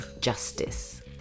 justice